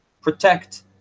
protect